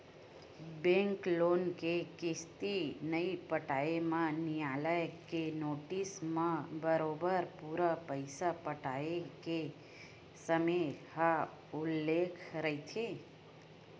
bank loan के किस्ती नइ पटाए म नियालय के नोटिस म बरोबर पूरा पइसा पटाय के समे ह उल्लेख रहिथे